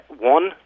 one